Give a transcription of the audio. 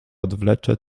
odwlecze